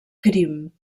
crim